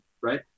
right